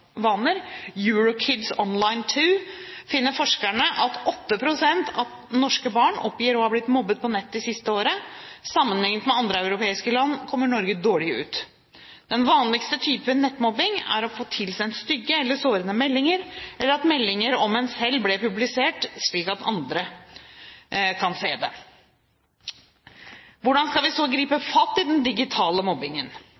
Kids Online II», finner forskerne at 8 pst. av norske barn oppgir å ha blitt mobbet på nett det siste året. Sammenlignet med andre europeiske land kommer Norge dårlig ut. Den vanligste typen nettmobbing er å få tilsendt stygge eller sårende meldinger, eller at meldinger om en selv blir publisert, slik at andre kan se det. Hvordan skal vi så